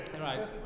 Right